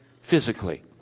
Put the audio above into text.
physically